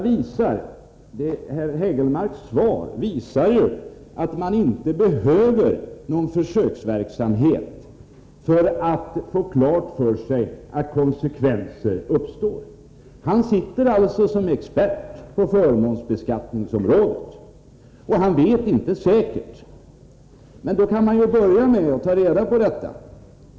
Herr Hägelmarks svar visar att man inte behöver någon försöksverksamhet för att få klart för sig att det uppstår konsekvenser. Eric Hägelmark sitter som expert på förmånsbeskattningsområdet, men han vet ändå inte säkert vad som gäller. Då kan man ju börja med att ta reda på det.